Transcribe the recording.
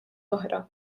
oħra